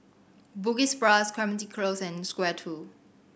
Bugis Plus Clementi Close and Square Two